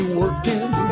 working